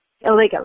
illegally